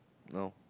now